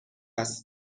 است